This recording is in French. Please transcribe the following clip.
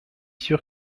sûr